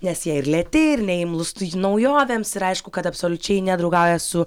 nes jie ir lėti ir neimlūs naujovėms ir aišku kad absoliučiai nedraugauja su